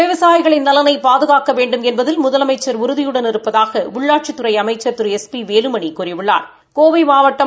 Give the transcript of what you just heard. விவசாயிகளின் நலனை பாதுகாக்க வேண்டும் என்பதில் முதலமைச்சா் உறுதியுடன் இருப்பதாக உள்ளாட்சித்துறை அமைச்சா் திரு எஸ் பி வேலுமணி கூறியுள்ளாா்